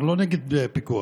אנחנו לא נגד פיקוח.